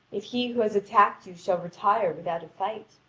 if he who has attacked you shall retire without a fight!